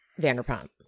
Vanderpump